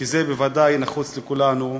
כי זה בוודאי נחוץ לכולנו,